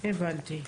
הבנתי.